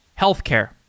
Healthcare